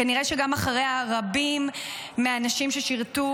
כנראה שגם אחריה רבים מהאנשים ששירתו